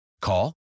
Call